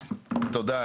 אז תודה.